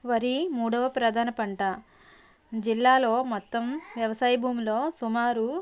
వరి మూడవ ప్రధాన పంట జిల్లాలో మొత్తం వ్యవసాయ భూమిలో సుమారు